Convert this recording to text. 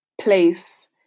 place